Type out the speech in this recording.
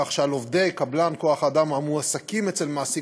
כך שעל עובדי קבלן כוח אדם המועסקים אצל מעסיק